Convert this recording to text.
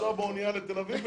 לנסוע באונייה לתל אביב,